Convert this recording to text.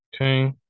Okay